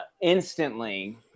instantly